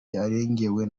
yarengewe